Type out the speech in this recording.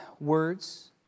words